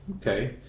Okay